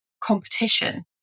competition